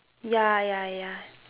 ya ya ya